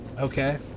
Okay